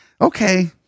Okay